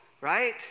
Right